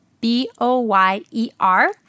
B-O-Y-E-R